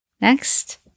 Next